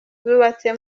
zubatse